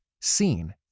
seen